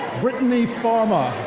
brittany farmer.